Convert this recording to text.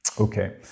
Okay